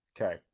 Okay